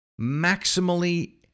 maximally